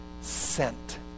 sent